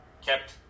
Kept